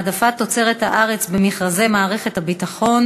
במדינת ישראל.